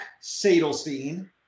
sadelstein